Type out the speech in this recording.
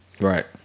Right